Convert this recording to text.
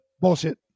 bullshit